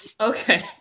Okay